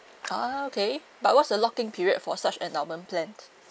ah okay but what's the locking period for such endowment plan